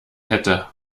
hätte